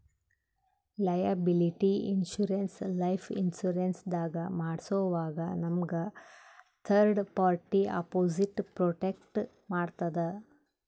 liability insurance life insurance ದಾಗ್ ಮಾಡ್ಸೋವಾಗ್ ನಮ್ಗ್ ಥರ್ಡ್ ಪಾರ್ಟಿ ಅಪೊಸಿಟ್ ಪ್ರೊಟೆಕ್ಟ್ ಮಾಡ್ತದ್